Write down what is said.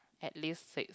at least six